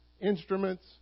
instruments